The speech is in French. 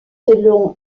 selon